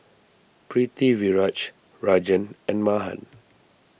Pritiviraj Rajan and Mahan